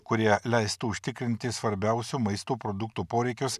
kurie leistų užtikrinti svarbiausių maisto produktų poreikius